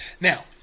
Now